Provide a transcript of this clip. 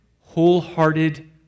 wholehearted